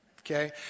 Okay